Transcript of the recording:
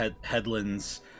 Headlands